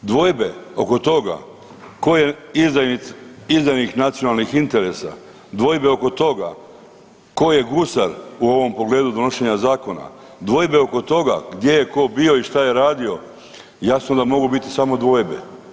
Dvojbe oko toga tko je izdajnik nacionalnih interesa, dvojbe oko toga ko je gusar u ovom pogledu donošenja zakona, dvojbe oko toga gdje je ko bio i šta je radio, jasno da mogu biti samo dvojbe.